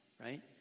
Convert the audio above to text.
right